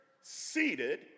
seated